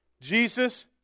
Jesus